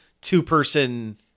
two-person